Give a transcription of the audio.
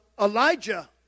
Elijah